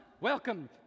Welcome